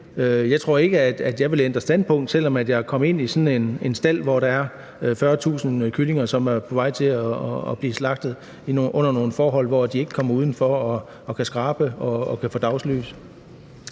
Jeg tror ikke, at jeg ville ændre standpunkt, selv om jeg kom ind i sådan en stald, hvor der er 40.000 kyllinger, som er på vej til at blive slagtet, og som lever under nogle forhold, hvor de ikke kan komme udenfor og skrabe og få dagslys.